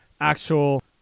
actual